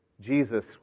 Jesus